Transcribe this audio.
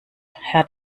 herr